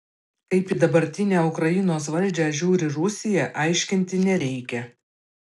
kaip į dabartinę ukrainos valdžią žiūri rusija aiškinti nereikia